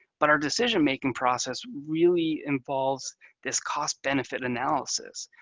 but our decision-making process really involves this cost-benefit analysis.